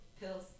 Pills